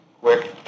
quick